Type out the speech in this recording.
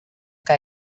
que